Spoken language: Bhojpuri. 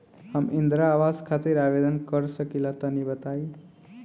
हम इंद्रा आवास खातिर आवेदन कर सकिला तनि बताई?